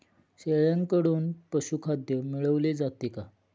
शेळ्यांकडून पशुखाद्य मिळवले जाते का?